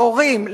להורים,